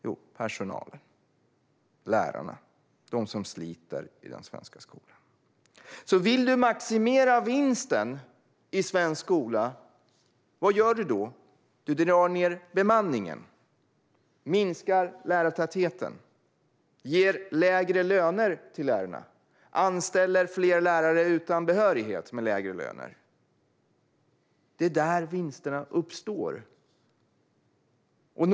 Jo, i personalen, i de lärare som sliter i svensk skola. Vad gör man om man vill maximera vinsten i svensk skola? Jo, man drar ned på bemanningen, minskar lärartätheten, ger lärarna lägre löner och anställer fler obehöriga lärare med lägre lön. Det är här vinsterna uppstår.